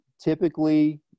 typically